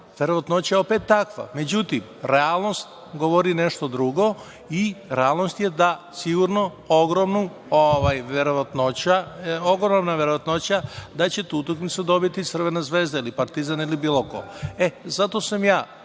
verovatnoća je opet takva. Međutim, realnost govori nešto drugo i realnost je da je sigurno ogromna verovatnoća da će tu utakmicu dobiti Crvena Zvezda ili Partizan ili bilo ko. Zato sam ja